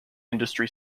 industry